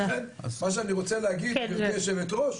מה שאני רוצה להגיד גבירתי היושבת ראש,